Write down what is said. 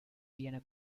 viene